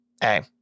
Hey